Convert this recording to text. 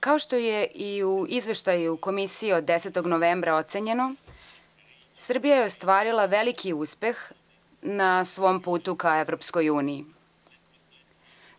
Kao što je i u Izveštaju Komisije od 10. novembra ocenjeno, Srbija je ostvarila veliki uspeh na svom putu ka Evropskoj uniji.